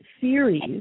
series